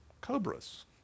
cobras